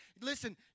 listen